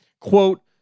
quote